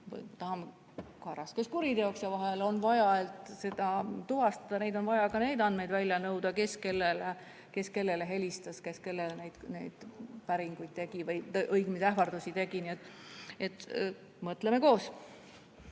lugeda raskeks kuriteoks. Vahel on vaja ainult seda tuvastada, on vaja ka neid andmeid välja nõuda, kes kellele helistas, kes kellele neid päringuid tegi või õigemini ähvardusi tegi. Nii et mõtleme koos!